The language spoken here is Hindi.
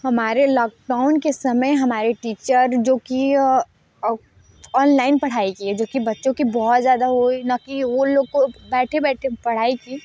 हमारे लॉकडाउन के समय हमारे टीचर जो कि ऑनलाइन पढ़ाई की जो कि बच्चों की बहुत ज़्यादा हुई ना की वो लोग को बैठे बैठे पढ़ाई की